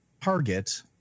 target